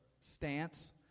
stance